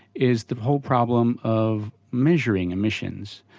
is the whole problem of measuring emissions.